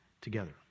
together